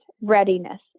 readiness